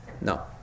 No